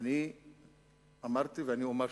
אני אמרתי ואומר שוב: